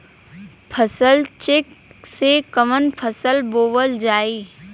फसल चेकं से कवन फसल बोवल जाई?